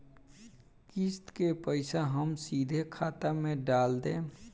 किस्त के पईसा हम सीधे खाता में डाल देम?